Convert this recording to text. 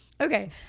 okay